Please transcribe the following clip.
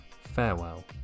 farewell